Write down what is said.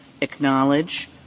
acknowledge